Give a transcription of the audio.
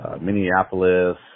Minneapolis